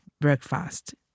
breakfast